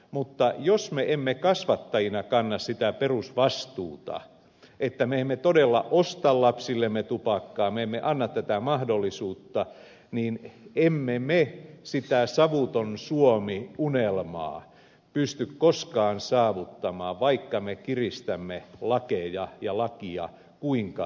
mutta jos me emme kasvattajina kanna sitä perusvastuuta että me emme todella osta lapsillemme tupakkaa me emme anna tätä mahdollisuutta niin emme me sitä savuton suomi unelmaa pysty koskaan saavuttamaan vaikka me kiristämme lakeja ja lakia kuinka tiukalle